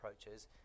approaches